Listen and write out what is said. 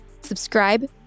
Subscribe